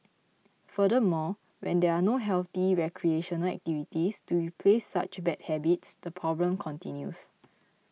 furthermore when there are no healthy recreational activities to replace such bad habits the problem continues